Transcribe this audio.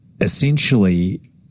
essentially